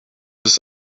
ist